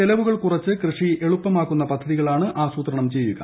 ചെലവുകൾ കുറച്ച് കൃഷി എളുപ്പമാക്കുന്ന പദ്ധതികളാണ് ആസൂത്രണം ചെയ്യുക